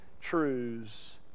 truths